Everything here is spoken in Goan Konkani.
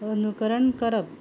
अनुकरण करप